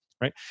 right